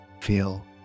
feel